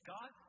God